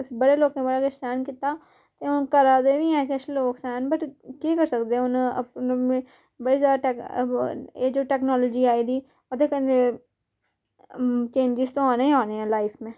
बड़े लोकें बड़ा किश सैह्न कीता ते हून करै दे बी हैन किश लोक सैह्न बट केह् करी सकदे हून अपनी अपनी बड़ी ज्यादा टक्नोलाजी एह् जो टक्नोलाजी आई दी ओह्दे कन्नै चेंजस ते आने गै आने लाइफ में